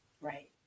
right